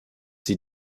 sie